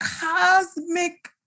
cosmic